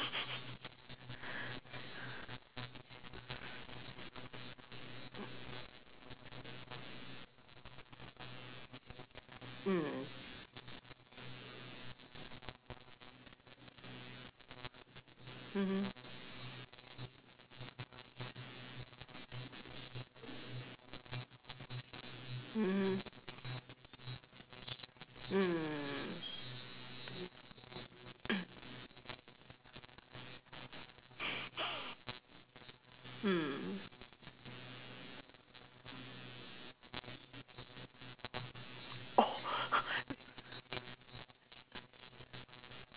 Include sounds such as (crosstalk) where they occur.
mm mmhmm mmhmm mm hmm oh (laughs)